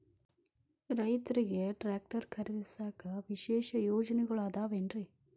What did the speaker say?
ರೈತರಿಗೆ ಟ್ರ್ಯಾಕ್ಟರ್ ಖರೇದಿಸಾಕ ವಿಶೇಷ ಯೋಜನೆಗಳು ಅದಾವೇನ್ರಿ?